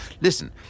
Listen